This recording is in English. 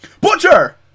Butcher